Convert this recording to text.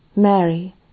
Mary